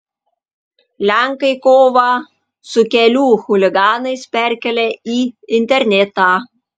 lenkai kovą su kelių chuliganais perkelia į internetą